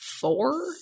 four